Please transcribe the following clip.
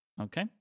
Okay